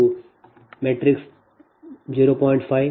50 0